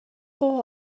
اوه